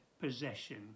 possession